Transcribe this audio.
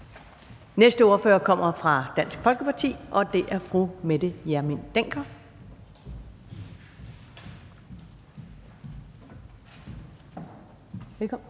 næste ordfører kommer fra Dansk Folkeparti, og det er fru Mette Hjermind Dencker. Velkommen.